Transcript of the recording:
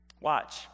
Watch